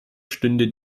stünde